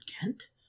Kent